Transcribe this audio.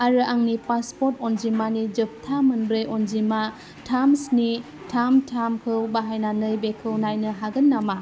आरो आंनि पासपर्ट अनजिमानि जोबथा मोनब्रै अनजिमा थाम स्नि थाम थामखौ बाहायनानै बेखौ नायनो हागोन नामा